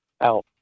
out